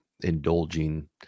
indulging